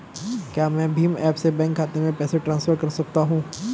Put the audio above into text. क्या मैं भीम ऐप से बैंक खाते में पैसे ट्रांसफर कर सकता हूँ?